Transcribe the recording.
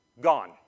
gone